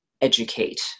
educate